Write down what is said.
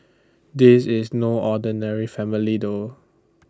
this is no ordinary family though